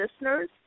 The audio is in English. listeners